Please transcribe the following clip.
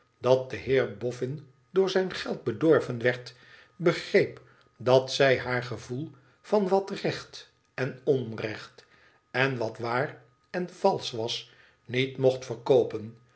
dat de heer boffin door zijn geld bedorven werd begreep dat zij haar gevoel van wat recht en onrecht van wat waar en valsch was niet mocht verkoopen